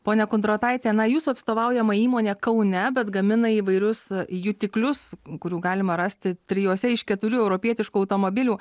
ponia kondrotaie na jūsų atstovaujama įmonė kaune bet gamina įvairius jutiklius kurių galima rasti trijuose iš keturių europietiškų automobilių